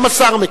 גם השר מכיר.